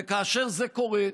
כאשר זה קורה,